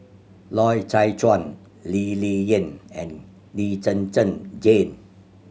Loy Chye Chuan Lee Ling Yen and Lee Zhen Zhen Jane